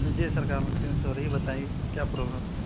جی سر سو رہی ہے بتائیے کیا پرابلم